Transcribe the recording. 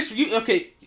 Okay